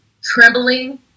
trembling